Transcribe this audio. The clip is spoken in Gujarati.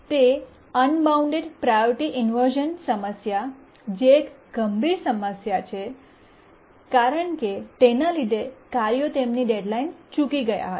તે અનબાઉન્ડ પ્રાયોરિટી ઇન્વર્શ઼ન સમસ્યા જે એક ગંભીર સમસ્યા છે કારણ કે તેના લીધે કાર્યો તેમની ડેડ્લાઇન ચૂકી ગયા હતા